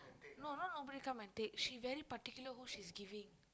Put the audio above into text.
no not nobody come and take she very particular who she's giving